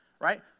right